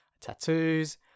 tattoos